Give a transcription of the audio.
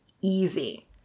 easy